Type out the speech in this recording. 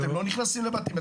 אתם לא נכנסים לבתים.